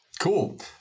Cool